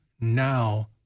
now